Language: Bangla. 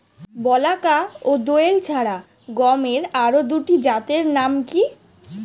বলাকা ও দোয়েল ছাড়া গমের আরো দুটি জাতের নাম কি?